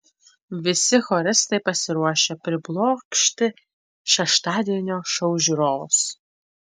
visi choristai pasiruošę priblokšti šeštadienio šou žiūrovus